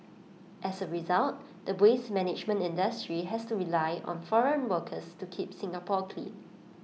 as A result the waste management industry has to rely on foreign workers to keep Singapore clean